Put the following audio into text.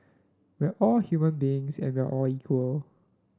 we're all human beings and we are all equal